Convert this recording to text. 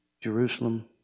Jerusalem